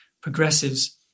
progressives